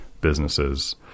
businesses